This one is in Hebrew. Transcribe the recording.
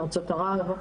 ארצות ערב,